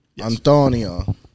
Antonio